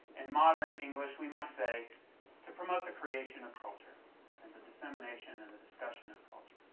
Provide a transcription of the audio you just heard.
in modern english we might say to promote the creation of culture and the dissemination and discussion of culture.